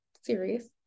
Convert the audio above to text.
serious